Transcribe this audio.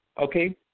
Okay